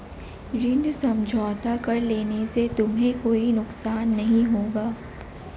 ऋण समझौता कर लेने से तुम्हें कोई नुकसान नहीं होगा